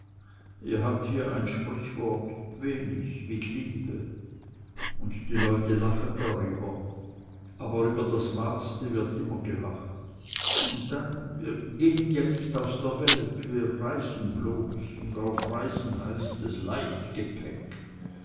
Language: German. ihr habt hier ein sprichwort wenig mit liebe und die leute lachen darüber aber über das wahrste wird immer gelacht und dann wir gehen ja nicht aus der welt wir reisen bloß und auf reisen heißt es leicht